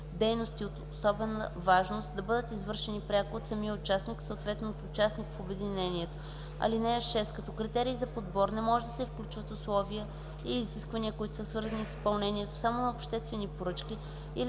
дейности от особена важност да бъдат извършвани пряко от самия участник, съответно от участник в обединението. (6) Като критерий за подбор не може да се включват условия или изисквания, които са свързани с изпълнението само на обществени поръчки, или